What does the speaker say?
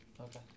Okay